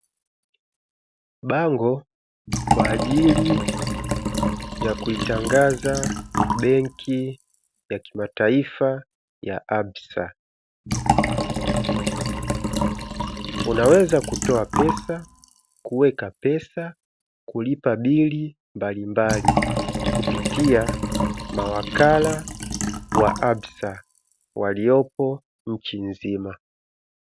Bango kwa ajili ya kuitangaza benki ya kimataifa ya ¨absa¨, unaweza kutoa pesa, kuweka pesa, kulipa bili mbalimbali kupitia mawakala wa absa waliopo nchi nzima.